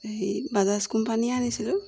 সেই বাজাজ কোম্পানীয়ে আনিছিলো